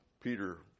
Peter